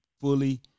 fully